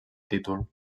títol